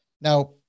Now